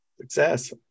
Success